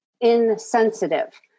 insensitive